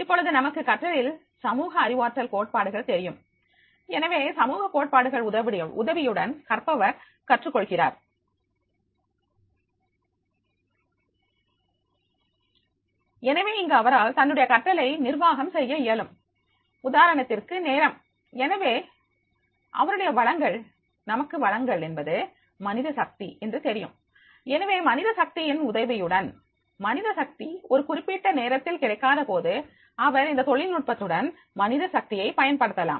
இப்பொழுது நமக்கு கற்றலில் சமூக அறிவாற்றல் கோட்பாடுகள் தெரியும் எனவே சமூகக் கோட்பாடுகள் உதவியுடன் கற்பவர் கற்றுக் கொள்கிறார் எனவே இங்கு அவரால் தன்னுடைய கற்றலை நிர்வாகம் செய்ய இயலும் உதாரணத்திற்கு நேரம் எனவே அவருடைய வளங்கள் நமக்கு வளங்கள் என்பது மனித சக்தி என்று தெரியும் எனவே மனித சக்தியின் உதவியுடன் மனித சக்தி ஒரு குறிப்பிட்ட நேரத்தில் கிடைக்காதபோது அவர் இந்த தொழில்நுட்பத்துடன் மனித சக்தியை பயன்படுத்தலாம்